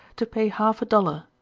to pay half-a-dollar,